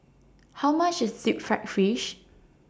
How much IS Deep Fried Fish